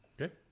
Okay